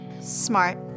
Smart